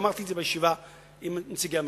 ואמרתי את זה בישיבה עם נציגי הממשלה.